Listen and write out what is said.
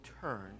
turn